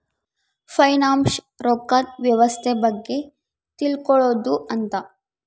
finance ರೊಕ್ಕದ್ ವ್ಯವಸ್ತೆ ಬಗ್ಗೆ ತಿಳ್ಕೊಳೋದು ಅಂತ